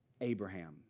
Abraham